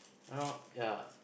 you know ya